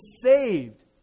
saved